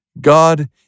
God